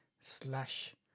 slash